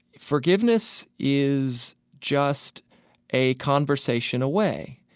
forgiveness is just a conversation away.